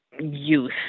youth